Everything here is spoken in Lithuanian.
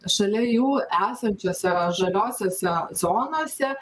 šalia jų esančiose žaliosiose zonose